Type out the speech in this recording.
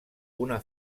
una